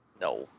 No